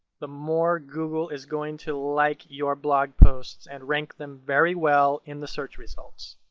the more google is going to like your blog posts and rank them very well in the search results.